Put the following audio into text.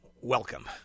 Welcome